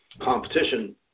competition